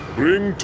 bring